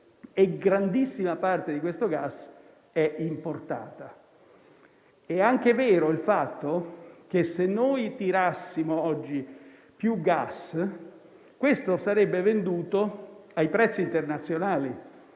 e grandissima parte di questo gas è importata. È anche vero il fatto che, se noi tirassimo oggi più gas, questo sarebbe venduto ai prezzi internazionali,